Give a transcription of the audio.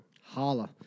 Holla